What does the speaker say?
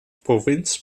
provinz